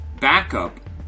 backup